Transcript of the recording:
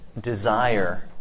desire